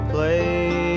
Play